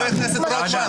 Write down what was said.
השתלטות עוינת.